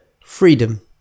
freedom